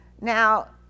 Now